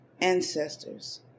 ancestors